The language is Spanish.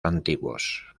antiguos